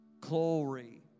Glory